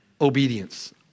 obedience